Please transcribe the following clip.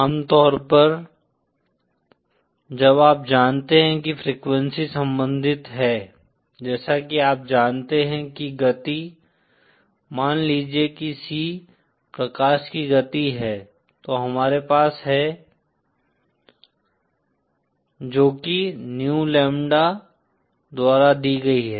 आमतौर पर जब आप जानते हैं कि फ्रीक्वेंसी संबंधित है जैसा कि आप जानते हैं कि गति मान लीजिए कि C प्रकाश की गति है तो हमारे पास है जो कि न्यू लैम्ब्डा द्वारा दी गई है